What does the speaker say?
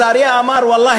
אז האריה אמר: ואללה,